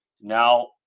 Now